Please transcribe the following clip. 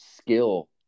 skill